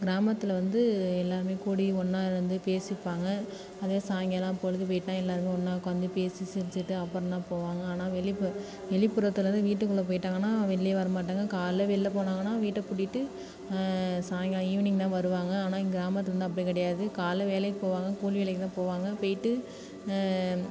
கிராமத்தில் வந்து எல்லோருமே கூடி ஒன்றா இருந்து பேசிப்பாங்க அதே சாயங்காலம் பொழுது போயிட்டுனா எல்லோருமே ஒன்றா உட்காந்து பேசி சிரித்துட்டு அப்புறம் தான் போவாங்க ஆனால் வெளிப்பு வெளிப்புறத்துலேருந்து வீட்டுக்குள்ளே போயிட்டாங்கன்னால் வெளியே வரமாட்டாங்க காலைல வெளில போனாங்கன்னால் வீட்டை பூட்டிவிட்டு சாய்ங்கா ஈவினிங் தான் வருவாங்க ஆனால் எங்கள் கிராமத்தில் வந்து அப்படி கிடையாது காலைல வேலைக்கு போவாங்க கூலி வேலைக்கு தான் போவாங்க போயிட்டு